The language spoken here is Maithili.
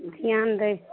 ओ किया नहि दै छै